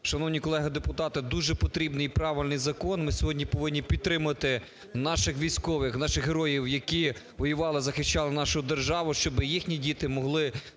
Шановні колеги депутати! Дуже потрібний правильний закон, ми сьогодні повинні підтримати наших військових, наших героїв, які воювали, захищали нашу державу, щоб їхні діти могли